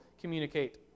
communicate